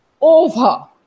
over